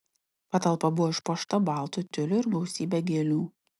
patalpa buvo išpuošta baltu tiuliu ir gausybe gėlių